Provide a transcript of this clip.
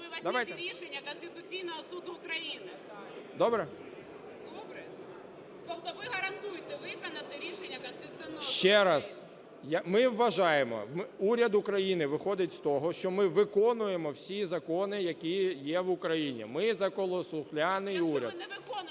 Ми вважаємо, уряд України виходить з того, що ми виконуємо всі закони, які є в Україні. Ми – законослухняний уряд.